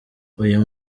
uyu